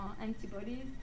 antibodies